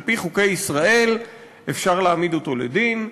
על-פי חוקי ישראל אפשר להעמיד אותו לדין.